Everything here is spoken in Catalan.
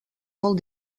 molt